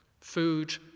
Food